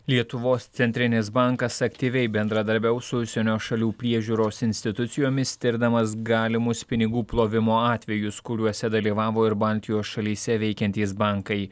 lietuvos centrinis bankas aktyviai bendradarbiaus su užsienio šalių priežiūros institucijomis tirdamas galimus pinigų plovimo atvejus kuriuose dalyvavo ir baltijos šalyse veikiantys bankai